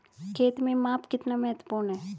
खेत में माप कितना महत्वपूर्ण है?